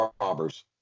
robbers